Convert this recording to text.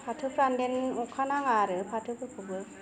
फाथोफ्रा देन अखा नाङा आरो फाथोफोरखौबो